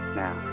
now